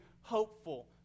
hopeful